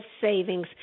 savings